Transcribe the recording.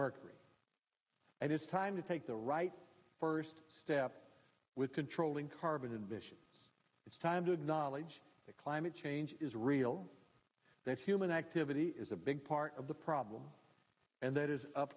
mark and it's time to take the right first step with controlling carbon emissions it's time to acknowledge that climate change is real that human activity is a big part of the problem and that is up